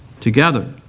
together